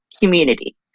community